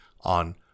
on